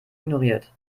ignoriert